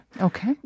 Okay